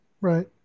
Right